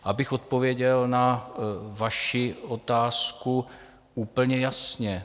Abych odpověděl na vaši otázku úplně jasně.